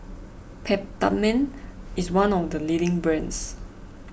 Peptamen is one of the leading brands